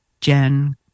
Jen